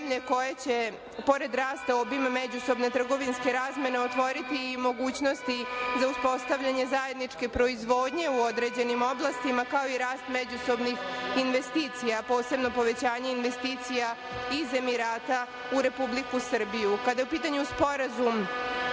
koje će pored rasta obima međusobne trgovinske rasprave otvoriti i mogućnosti za uspostavljanje zajedničke proizvodnje u određenim oblastima, kao i rast međusobnih investicija. Posebno povećanje investicija iz Emirata u Republiku Srbiju. Kada je u pitanju sporazum